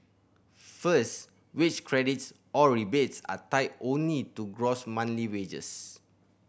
first wage credits or rebates are tied only to gross monthly wages